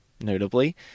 Notably